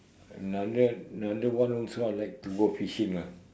another another one also I like to go fishing ah